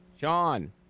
Sean